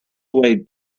lay